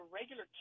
regular